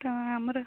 ତ ଆମର